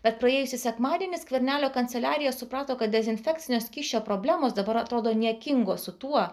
bet praėjusį sekmadienį skvernelio kanceliarija suprato kad dezinfekcinio skysčio problemos dabar atrodo niekingos su tuo